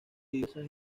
diversas